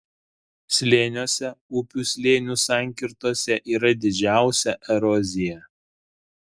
slėniuose upių slėnių sankirtose yra didžiausia erozija